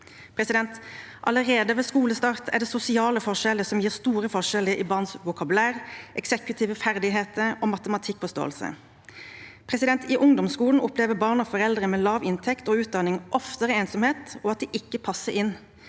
lærere. Allerede ved skolestart er det sosiale forskjeller som gir store forskjeller i barns vokabular, eksekutive ferdigheter og matematikkforståelse. I ungdomsskolen opplever barn av foreldre med lav inntekt og utdanning oftere ensomhet og at de ikke passer inn.